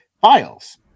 files